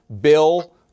bill